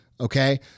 Okay